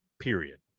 Period